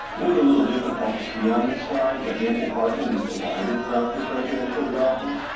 may be a little difficult to see on the slide but ample parking is provided throughout this residential development.